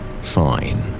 fine